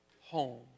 home